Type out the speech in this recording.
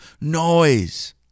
noise